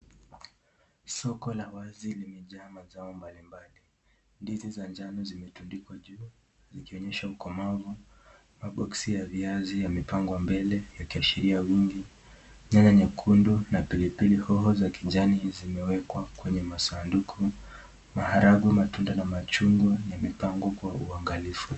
Soko la wazi limejaa mazao mbalimbali, ndizi za njano zimetundikwa juu zikionyesha ukomavu. Maboksi ya viazi yamepangwa mbele yakiashiria wingi, nyanya nyekundu na pilipili hoho za kijani zimewekwa kwenye masanduku. Maharagwe, matunda na machungwa yamepangwa kwa uangalifu.